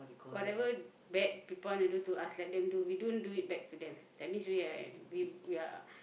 whatever bad people want to do to us let them do we don't do it back to them that means we are we we are